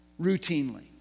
routinely